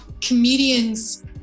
comedians